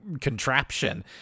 contraption